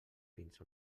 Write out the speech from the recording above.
fins